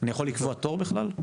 אני יכול לקבוע תור בכלל?